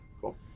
cool